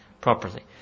properly